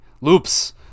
loops